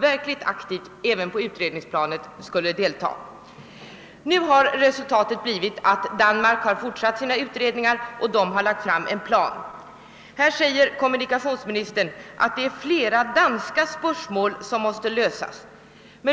verkligt aktivt skulle delta även på utredningsplanet. Nu har resultatet blivit att danskarna har fortsatt sina utredningar och lagt fram en plan. Kommunikationsministern framhåller att det är »flera danska spörsmål som måste lösas».